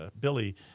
Billy